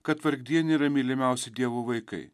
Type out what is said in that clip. kad vargdieniai yra mylimiausi dievo vaikai